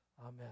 Amen